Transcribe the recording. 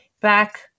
back